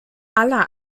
aller